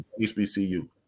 hbcu